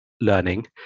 learning